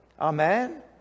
Amen